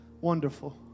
Wonderful